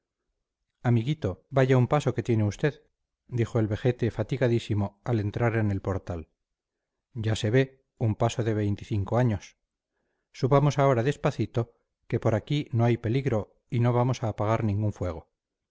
amiguito vaya un paso que tiene usted dijo el vejete fatigadísimo al entrar en el portal ya se ve un paso de veinticinco años subamos ahora despacito que por aquí no hay peligro y no vamos a apagar ningún fuego